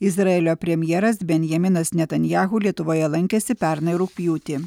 izraelio premjeras benjaminas netanyahu lietuvoje lankėsi pernai rugpjūtį